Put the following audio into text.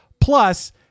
plus